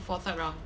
for third round